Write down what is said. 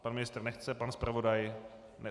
Pan ministr nechce, pan zpravodaj také ne.